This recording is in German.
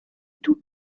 tut